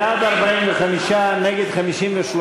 בעד, 45, נגד, 53,